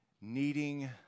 needing